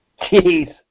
Jeez